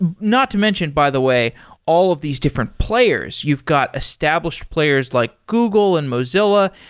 but not to mention by the way all of these different players. you've got established players like google and mozilla.